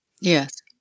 Yes